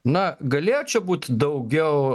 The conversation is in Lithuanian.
na galėjo čia būt daugiau